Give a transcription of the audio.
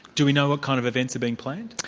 do we know what kind of events are being planned?